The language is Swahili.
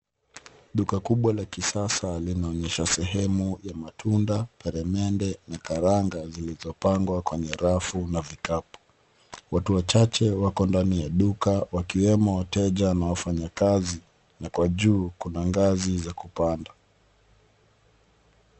Duka kubwa la kisasa linaonyesha sehemu ya matunda, peremende na karanga zilizopangwa kwenye rafu na vikapu. Watu wachache wako ndani ya duka wakiwemo wateja na wafanyakazi. Na kwa juu kuna ngazi za kupanda.